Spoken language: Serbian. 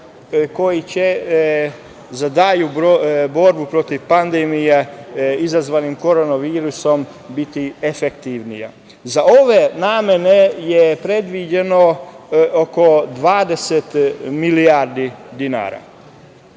koji će za dalju borbu protiv pandemije izazvane korona virusom biti efektivnija. Za ove namene je predviđeno oko 20 milijardi dinara. Sada